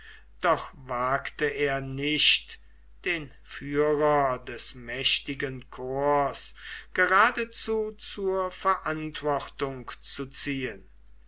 doch wagte er nicht den führer des mächtigen korps geradezu zur verantwortung zu ziehen